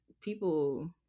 people